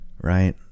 right